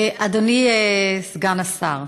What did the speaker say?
אדוני סגן השר,